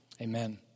Amen